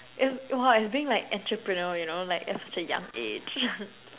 it's !wah! it's being like entrepreneurial you know like at such a young age